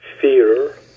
fear